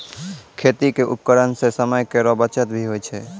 खेती क उपकरण सें समय केरो बचत भी होय छै